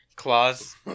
claws